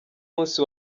munsi